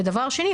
דבר שני,